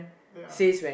ya